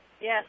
Yes